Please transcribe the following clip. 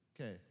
okay